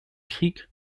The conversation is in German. krieg